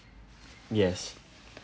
yes